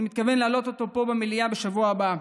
ואני מתכוון להעלות אותו פה במליאה בשבוע הבא,